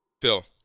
Phil